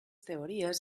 teories